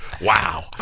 wow